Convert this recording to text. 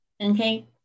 okay